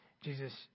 jesus